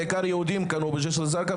בעיקר יהודים קנו בג'סר א-זרקה,